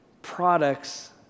products